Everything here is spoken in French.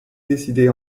décidez